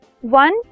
one